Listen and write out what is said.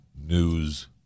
news